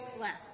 left